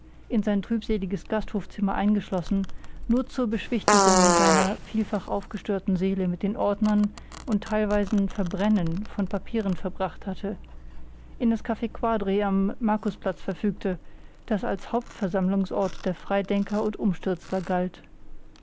in sein trübseliges gasthofzimmer eingeschlossen nur zur beschwichtigung seiner vielfach aufgestörten seele mit dem ordnen und teilweisen verbrennen von papieren verbracht hatte in das caf quadri am markusplatz verfügte das als hauptversammlungsort der freidenker und umstürzler galt